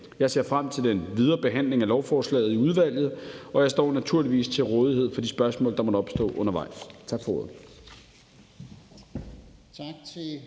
Jeg ser frem til den videre behandling af lovforslaget i udvalget, og jeg står naturligvis til rådighed for de spørgsmål, der måtte opstå undervejs. Tak for ordet.